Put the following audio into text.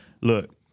look